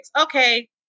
okay